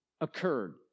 occurred